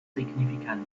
signifikant